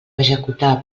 executar